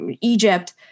Egypt